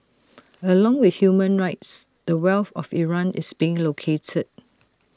along with human rights the wealth of Iran is being looted